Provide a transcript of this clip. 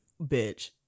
bitch